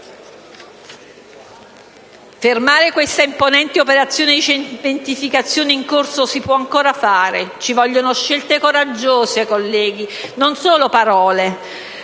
Fermare questa imponente operazione di cementificazione in corso si può ancora fare. Colleghi, occorrono scelte coraggiose - e non solo parole